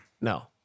no